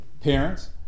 parents